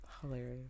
Hilarious